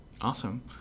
Awesome